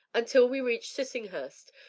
until we reached sissinghurst.